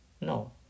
no